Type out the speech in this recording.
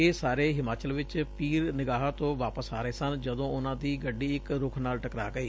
ਇਹ ਸਾਰੇ ਹਿਮਾਚਲ ਵਿਚ ਪੀਰ ਨਿਗਾਹਾਂ ਤੋਂ ਵਾਪਸ ਆ ਰਹੇ ਸਨ ਜਦੋਂ ਉਨ੍ਨਾਂ ਦੀ ਗੱਡੀ ਇਕ ਰੁੱਖ ਨਾਲ ਟਕਰਾਅ ਗਈ